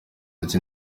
ati